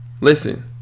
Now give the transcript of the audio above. listen